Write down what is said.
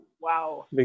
Wow